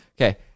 Okay